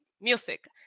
music